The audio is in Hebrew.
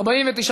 סעיף 1 נתקבל.